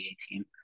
team